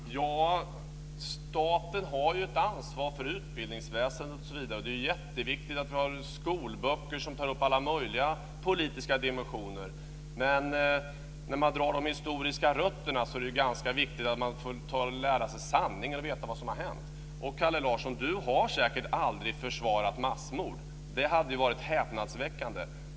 Herr talman! Staten har ett ansvar för utbildningsväsende osv. Det är jätteviktigt att vi har skolböcker som tar upp alla möjliga politiska dimensioner. Men när man drar de historiska rötterna är det viktigt att man får lära sig sanningen och veta vad som har hänt. Kalle Larsson har säkert aldrig försvarat massmord - det hade varit häpnadsväckande.